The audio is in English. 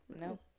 no